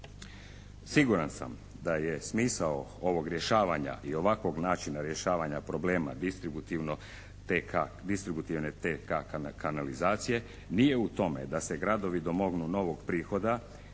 Siguran sam da je smisao ovog rješavanja i ovakvog načina rješavanja problema distributivne TK-a kanalizacije nije u tome da se gradovi domognu novog prihoda